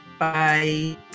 Bye